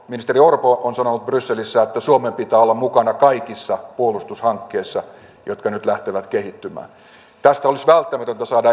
ministeri orpo on sanonut brysselissä että suomen pitää olla mukana kaikissa puolustushankkeissa jotka nyt lähtevät kehittymään tästä olisi välttämätöntä saada